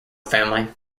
family